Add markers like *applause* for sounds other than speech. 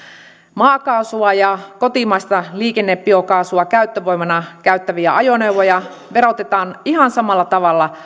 maakaasua ja kotimaista liikennebiokaasua käyttövoimana käyttäviä ajoneuvoja verotetaan ihan samalla tavalla *unintelligible*